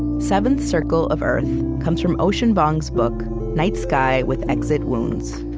seventh circle of earth comes from ocean vuong's book night sky with exit wounds.